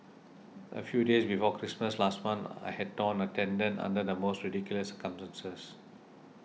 a few days before Christmas last month I had torn a tendon under the most ridiculous circumstances